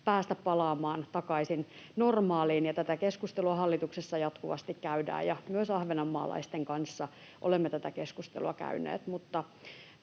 päästä palaamaan takaisin normaaliin. Tätä keskustelua hallituksessa jatkuvasti käydään, ja myös ahvenanmaalaisten kanssa olemme tätä keskustelua käyneet.